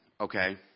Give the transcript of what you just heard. okay